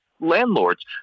landlords